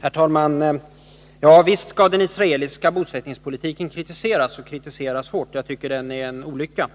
Herr talman! Visst skall den israeliska bosättningspolitiken kritiseras hårt — jag tycker att den är en olycka.